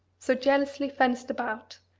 so jealously fenced about,